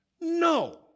No